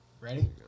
Ready